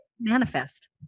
manifest